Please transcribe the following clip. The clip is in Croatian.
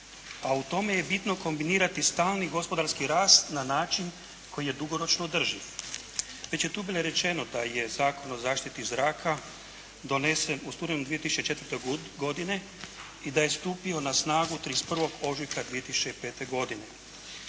a u tome je bitno kombinirati stalni gospodarski rast na način koji je dugoročno održiv. Već je tu bilo rečeno da je Zakon o zaštiti zraka donesen u studenom 2004. i da je stupio na snagu 31. ožujka 2005. godine.